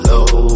Low